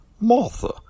Martha